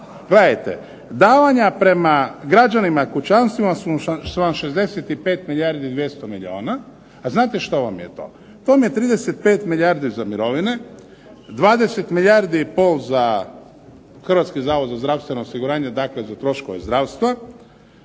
Gledajte, davanja prema građanima, kućanstvima su 65 milijardi 200 milijuna, a znate što vam je to, to vam je 35 milijardi za mirovine, 20 milijardi i pol za Hrvatski zavod za zdravstveno osiguranje, dakle za troškove zdravstva,